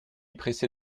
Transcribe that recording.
pressée